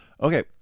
Okay